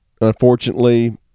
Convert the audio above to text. unfortunately –